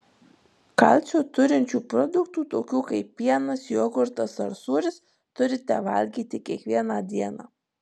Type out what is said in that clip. kalcio turinčių produktų tokių kaip pienas jogurtas ar sūris turite valgyti kiekvieną dieną